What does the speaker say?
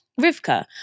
Rivka